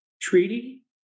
treaty